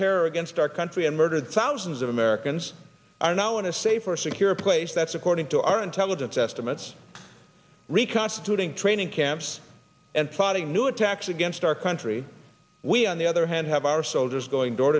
terror against our country and murdered thousands of american us are now in a safe or secure place that's according to our intelligence estimates reconstituting training camps and plotting new attacks against our country we on the other hand have our soldiers going door